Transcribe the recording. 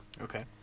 Okay